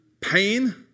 pain